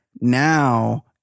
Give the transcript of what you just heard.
now